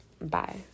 bye